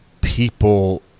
people